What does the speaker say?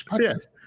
Yes